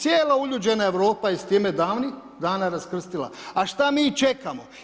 Cijela uljuđena Europa je s time davnih dana raskrstila a šta mi čekamo?